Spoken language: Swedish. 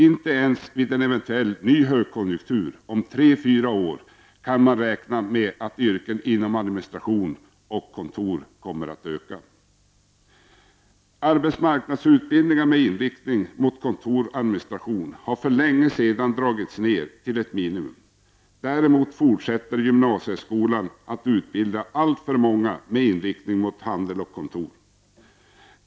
Inte ens vid en eventuell ny högkonjunktur om 3-- 4 år kan man räkna med att yrken inom administration och kontor kommer att öka. Arbetsmarknadsutbildningar, med inriktning på kontor och administration, har för länge sedan dragits ner till ett minimum. Däremot fortsätter gymnasieskolan att utbilda alltför många med inriktning på handel och kontor.